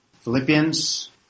Philippians